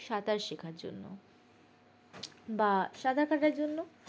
সাঁতার শেখার জন্য বা সাঁতার কাটার জন্য